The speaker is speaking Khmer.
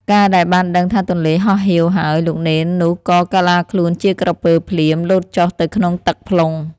កាលដែលបានដឹងថាទន្លេហោះហៀវហើយ លោកនេននោះក៏កាឡាខ្លួនជាក្រពើភ្លាម លោតចុះទៅក្នុងទឹកភ្លុង។